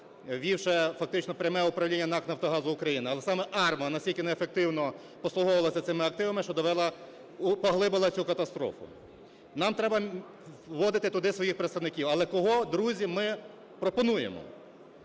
ввівши фактично пряме управління НАК "Нафтогазу України". Але саме АРМА настільки неефективно послуговувалася цими активами, що довела… поглибила цю катастрофу. Нам треба вводити туди своїх представників. Але кого, друзі, ми пропонуємо?